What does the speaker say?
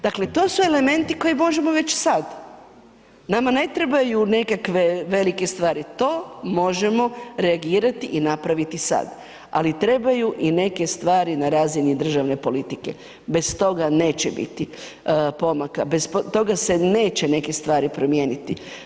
Dakle, to su elementi koje možemo već sad, nama ne trebaju nekakve velike stvari, to možemo reagirati i napraviti sad, ali trebaju i neke stvari na razini državne politike, bez toga neće biti pomaka, bez toga se neće neke stvari promijeniti.